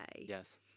yes